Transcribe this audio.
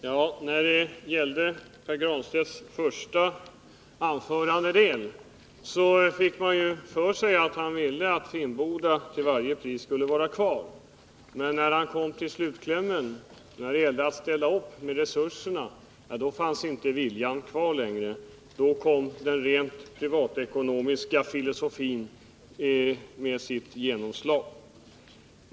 Herr talman! Av den första delen av Pär Granstedts anförande fick man intrycket att han ville att Finnboda till varje pris skulle vara kvar. Men när han kom till slutklämmen och det gällde att ställa upp med resurserna fanns inte viljan kvar längre. Då fick den rent privatekonomiska filosofin sitt genomslag.